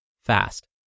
fast